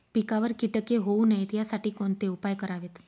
पिकावर किटके होऊ नयेत यासाठी कोणते उपाय करावेत?